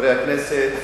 חברי הכנסת,